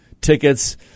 tickets